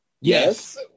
Yes